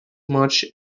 much